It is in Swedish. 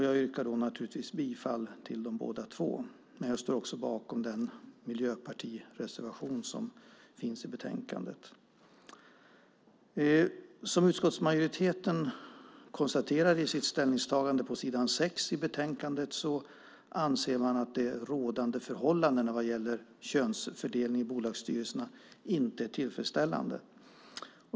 Jag yrkar naturligtvis bifall till dem båda men står också bakom den miljöpartireservation som finns i betänkandet. Som utskottsmajoriteten konstaterar i sitt ställningstagande på s. 6 i betänkandet anser man att de rådande förhållandena när det gäller könsfördelning i bolagsstyrelserna inte är tillfredsställande.